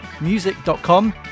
music.com